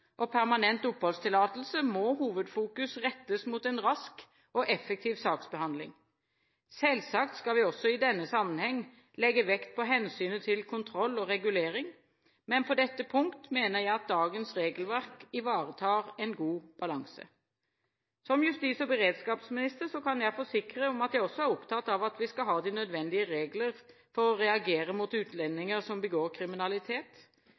og permanent oppholdstillatelse, må hovedfokus rettes mot en rask og effektiv saksbehandling. Selvsagt skal vi også i denne sammenheng legge vekt på hensynet til kontroll og regulering, men på dette punkt mener jeg at dagens regelverk ivaretar en god balanse. Som justis- og beredskapsminister kan jeg forsikre om at jeg også er opptatt av at vi skal ha de nødvendige regler for å reagere mot utlendinger som begår kriminalitet.